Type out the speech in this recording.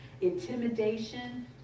Intimidation